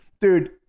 dude